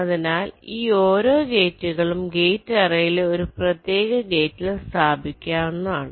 അതിനാൽ ഈ ഓരോ ഗേറ്റുകളും ഗേറ്റ് അറേയിലെ ഒരു പ്രത്യേക ഗേറ്റിൽ സ്ഥാപിക്കാവുന്നതാണ്